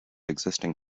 existing